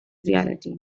reality